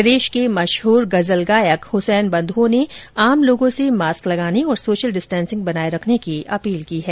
प्रदेश के मशहूर गजल गायक हुसैन बंधुओं ने लोगों से मास्क लगाने और सोशल डिस्टेंसिंग बनाए रखने की अपील की है